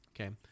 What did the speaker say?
okay